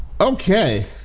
okay